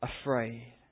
afraid